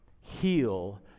heal